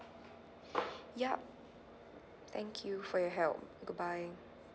yup thank you for your help goodbye